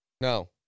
No